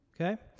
okay